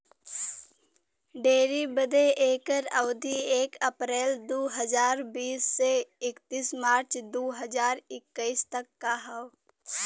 dairy बदे एकर अवधी एक अप्रैल दू हज़ार बीस से इकतीस मार्च दू हज़ार इक्कीस तक क हौ